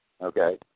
Okay